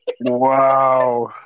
Wow